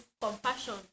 compassion